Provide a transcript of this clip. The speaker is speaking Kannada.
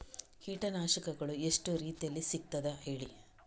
ಕೀಟನಾಶಕಗಳು ಎಷ್ಟು ರೀತಿಯಲ್ಲಿ ಸಿಗ್ತದ ಹೇಳಿ